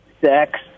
sex